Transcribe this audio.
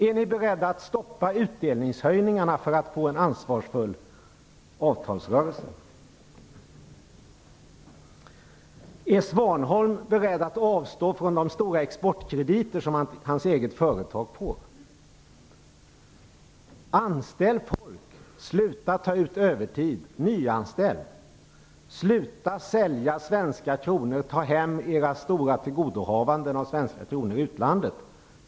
Är ni beredda att stoppa utdelningshöjningarna för att få en ansvarsfull avtalsrörelse? Är Svanholm beredd att avstå från de stora exportkrediter som hans eget företag får? Nyanställ folk! Sluta ta ut övertid! Sluta sälja svenska kronor! Ta hem era stora tillgodohavanden av svenska kronor i utlandet!